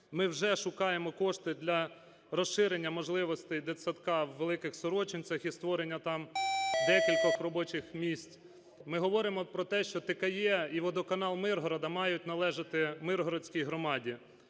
ми вже шукаємо кошти для розширення можливостей дитсадка у Великих Сорочинцях і створення там декількох робочих місць. Ми говоримо про те, що ТКЕ і водоканал Миргорода мають належати миргородській громаді.